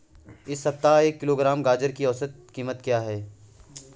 इस सप्ताह एक किलोग्राम गाजर की औसत कीमत क्या है?